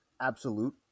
absolute